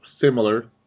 similar